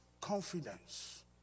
confidence